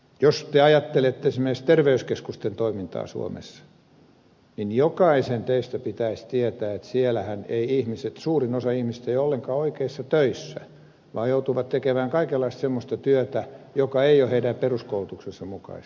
jos te ajattelette esimerkiksi terveyskeskusten toimintaa suomessa niin jokaisen teistä pitäisi tietää että siellähän eivät ihmiset suurin osa ihmisistä ole ollenkaan oikeissa töissä vaan joutuvat tekemään kaikenlaista semmoista työtä joka ei ole heidän peruskoulutuksensa mukaista